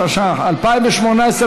התשע"ח 2018,